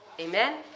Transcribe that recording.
Amen